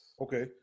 okay